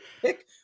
pick